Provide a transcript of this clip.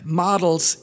models